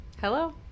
Hello